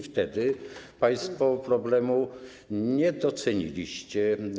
Wtedy państwo problemu nie doceniliście.